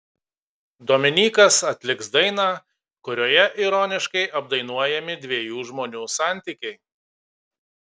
dominykas atliks dainą kurioje ironiškai apdainuojami dviejų žmonių santykiai